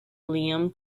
liam